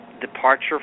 departure